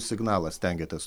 signalą stengiatės